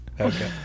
Okay